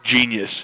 genius